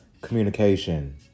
communication